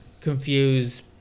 confuse